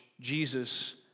Jesus